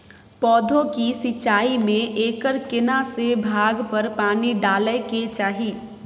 पौधों की सिंचाई में एकर केना से भाग पर पानी डालय के चाही?